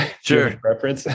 Sure